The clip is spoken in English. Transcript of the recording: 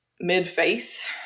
mid-face